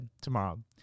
tomorrow